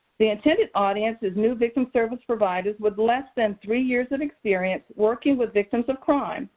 the intended audience is new victim service providers with less than three years of experience working with victims of crime